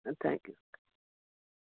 thank U